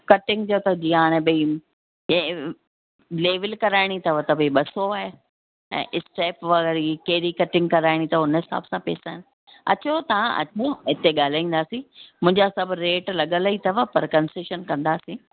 cutting जो त जीअं हाणे भाई हे लेवल कराइणी अथव त भाई ॿ सौ आहिनि ऐं स्टैप वग़ैरह ई कहिड़ी कटिंग कराइणी अथव त हुन हिसाब सां पैसा आहिनि अचो तव्हां अचो हिते ॻाल्हाईंदासीं मुंहिंजा सभु रेट लॻियल ई अथव पर कंसैशन कंदासीं